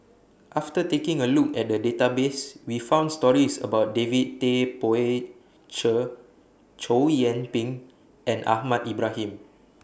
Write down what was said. after taking A Look At The Database We found stories about David Tay Poey Cher Chow Yian Ping and Ahmad Ibrahim